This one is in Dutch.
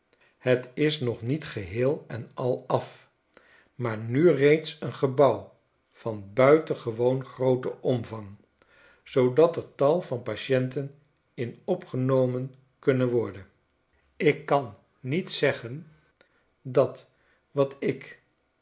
het is nog niet geheel en al af maar nu reeds een gebouw van buitengewoon grooten omvang zoodat er tal van patienten in opgenomen kunnen worden ik kan niet zeggen dat wat ik